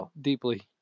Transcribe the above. deeply